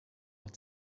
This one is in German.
noch